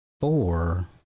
four